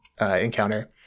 encounter